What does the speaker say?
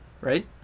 right